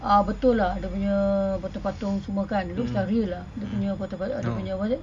uh betul lah dia punya patung-patung semua kan looks like real lah dia punya patu~ patu~ dia punya apa tu what's it